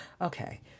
okay